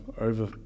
over